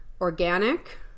organic